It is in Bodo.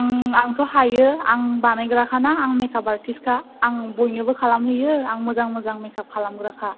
आंथ' हायो आं बानायग्राखाना आं मेकाप आरटिस्टखा आं बयनोबो खालाम होयो आं मोजां मोजां मेकाप खालामग्राखा